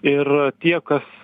ir tie kas